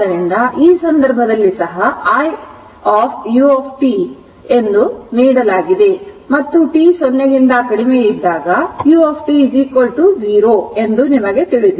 ಆದ್ದರಿಂದ ಈ ಸಂದರ್ಭದಲ್ಲಿ ಸಹ i ut ಅನ್ನು ನೀಡಲಾಗಿದೆ ಮತ್ತು t 0 ಗಿಂತ ಕಡಿಮೆ ಇದ್ದಾಗ u 0 ಎಂದು ನಿಮಗೆ ತಿಳಿದಿದೆ